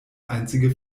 einzige